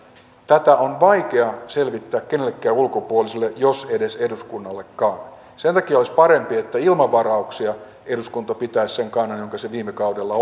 tätä on vaikea selvittää kenellekään ulkopuoliselle jos edes eduskunnallekaan sen takia olisi parempi että ilman varauksia eduskunta pitäisi sen kannan jonka se viime kaudella